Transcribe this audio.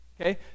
okay